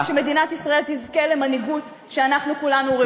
במקום שמדינת ישראל תזכה למנהיגות שאנחנו כולנו ראויים לה.